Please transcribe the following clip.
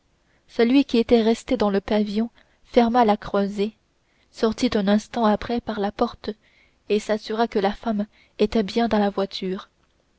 celui qui était resté dans le pavillon referma la croisée sortit un instant après par la porte et s'assura que la femme était bien dans la voiture